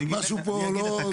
זאת אומרת, משהו פה לא מסתדר.